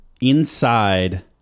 Inside